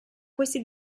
questi